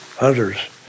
others